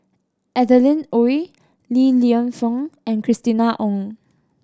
Adeline Ooi Li Lienfung and Christina Ong